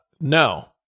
No